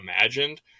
imagined